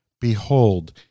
Behold